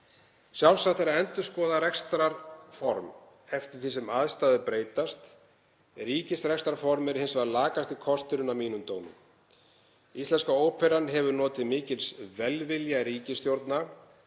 Sjálfsagt er að endurskoða rekstrarform eftir því sem aðstæður breytast. Ríkisrekstrarform er hins vegar lakasti kosturinn að mínum dómi. Íslenska óperan hefur notið mikils velvilja ríkisstjórna